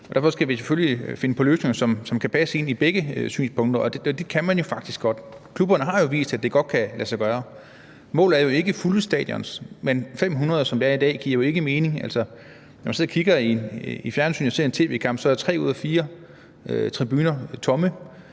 Derfor skal vi selvfølgelig finde på løsninger, som kan passe ind i begge synspunkter, og det kan man jo faktisk godt. Klubberne har jo vist, at det godt kan lade sig gøre. Målet er ikke fulde stadioner, men 500, som det er i dag, giver jo ikke mening. Når man sidder og kigger i fjernsynet og ser en tv-kamp, er tre ud af fire tribuner tomme.